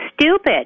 stupid